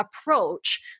approach